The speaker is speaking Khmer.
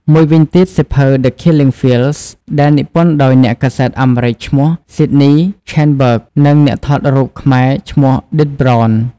មួយវិញទៀត សៀវភៅ The Killing Fields ដែលនិពន្ធដោយអ្នកកាសែតអាមេរិកឈ្មោះ ស៊ីដនី ស្ឆេនបឺគ Sydney Schanberg និងអ្នកថតរូបខ្មែរឈ្មោះ ឌិត ប្រន។